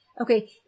okay